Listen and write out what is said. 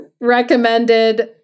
recommended